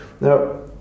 Now